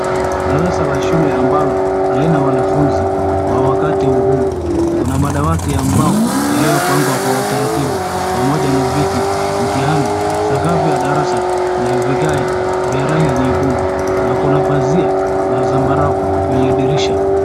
Darasa la shule ambalo halina wanafunzi kwa wakati huu. Kuna madawati ambao yaliyopangwa kwa utaratibu, pamoja na viti, mtihani. Sakafu ya darasa ni ya vigae vya rangi nyekundu na kuna pazia la zambarau kwenye dirisha.